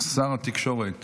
שר התקשורת